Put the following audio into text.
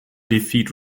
defeat